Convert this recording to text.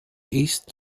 east